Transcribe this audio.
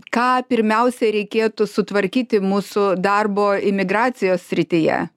ką pirmiausia reikėtų sutvarkyti mūsų darbo imigracijos srityje